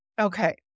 Okay